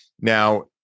Now